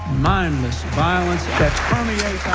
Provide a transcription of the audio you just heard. mindless violence that permeates